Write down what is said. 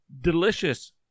delicious